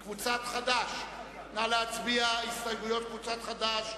נא להצביע על הסתייגויות קבוצת חד"ש.